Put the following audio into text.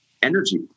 Energy